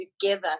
together